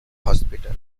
hospital